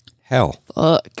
hell